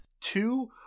Two